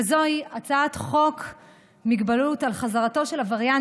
כזאת היא הצעת חוק מגבלות על חזרתו של עבריין